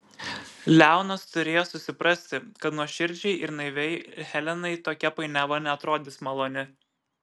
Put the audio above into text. leonas turėjo susiprasti kad nuoširdžiai ir naiviai helenai tokia painiava neatrodys maloni